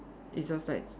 it's just like